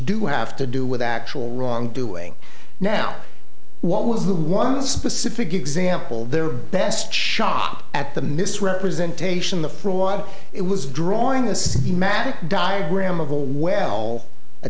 do have to do with actual wrongdoing now what was the one specific example their best shot at the misrepresentation the for a while it was drawing a schematic diagram of a well